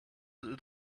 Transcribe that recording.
that